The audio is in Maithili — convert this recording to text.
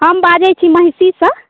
हम बाजै छी महिषीसँ